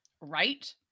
Right